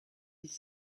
dix